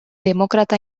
demócrata